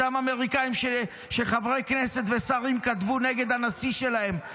אותם אמריקאים שחברי כנסת ושרים כתבו נגד הנשיא שלהם.